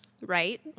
Right